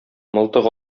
мылтык